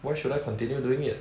why should I continue doing it